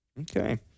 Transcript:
Okay